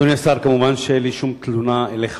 אדוני השר, מובן שאין לי שום תלונה אליך,